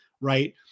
Right